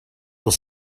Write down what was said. will